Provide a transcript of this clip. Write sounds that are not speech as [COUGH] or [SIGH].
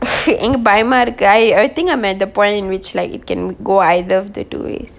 [LAUGHS] என்கு பயமா இருக்கு:enku bayama irukku I think I met the point which like it can go either of the two ways